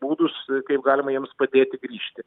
būdus kaip galima jiems padėti grįžti